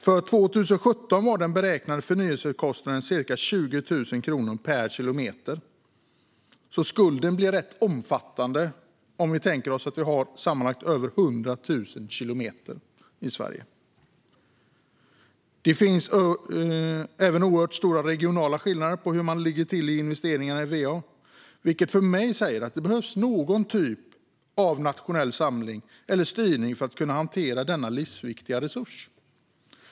För 2017 var den beräknade förnyelsekostnaden ca 20 000 kronor per kilometer, så skulden blir rätt omfattande om vi tänker oss att vi har sammanlagt över 100 000 kilometer i Sverige. Det finns även oerhört stora regionala skillnader i hur man ligger till i investeringar i va, vilket säger mig att det behövs någon typ av nationell samling eller styrning när det gäller att hantera denna livsviktiga resurs.